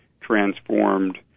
transformed